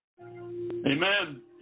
Amen